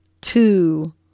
two